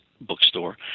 bookstore